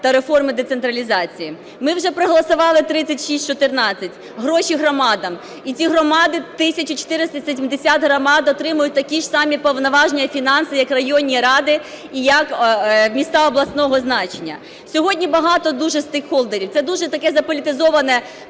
та реформи децентралізації. Ми вже проголосували 3614 гроші громадам. І ці громади, 1470 громад отримають такі ж самі повноваження і фінанси, як районні ради і як міста обласного значення. Сьогодні багато дуже стейкхолдерів. Це дуже таке заполітизоване